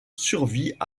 survit